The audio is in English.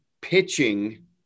pitching